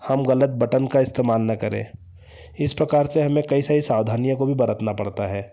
हम गलत बटन का इस्तेमाल न करें इस प्रकार से हमें कैसे सावधानियाँ को भी बरतना पड़ता है